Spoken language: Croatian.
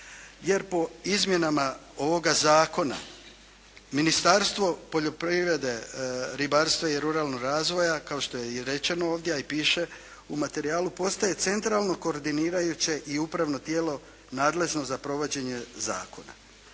jer po izmjenama ovoga zakona Ministarstvo poljoprivrede, ribarstva i ruralnog razvoja kao što je i rečeno ovdje a i piše u materijalu postaje centralno, koordinirajuće i upravno tijelo nadležno za provođenje zakona.